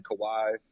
Kawhi